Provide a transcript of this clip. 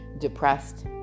depressed